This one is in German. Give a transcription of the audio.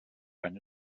eine